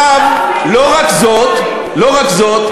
עכשיו, לא רק זאת, לא רק זאת.